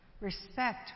respect